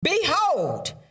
Behold